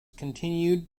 continued